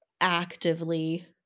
actively